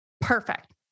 perfect